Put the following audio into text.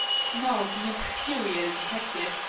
snarled the infuriated detective,